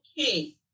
okay